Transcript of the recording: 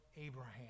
Abraham